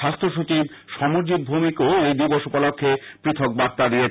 স্বাস্থ্য সচিব সমরজিৎ ভৌমিক ও এই দিবস উপলক্ষ্যে পৃথক বার্তা দিয়েছেন